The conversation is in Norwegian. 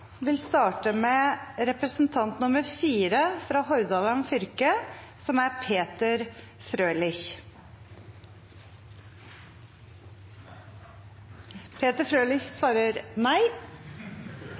vil starte med representant nr. 4 fra Hordaland fylke.